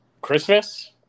Christmas